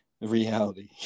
Reality